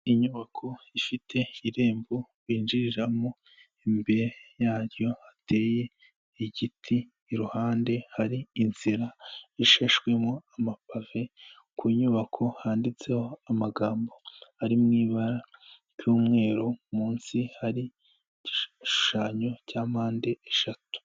Inyubako ifite irembo binjiriramo imbere yaryo hateye igiti iruhande hari inzira ishashwemo amapave, ku nyubako handitseho amagambo ari mu ibara ry'umweru munsi hari igishanyo cya mpande eshatu.